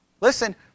Listen